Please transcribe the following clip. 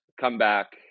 comeback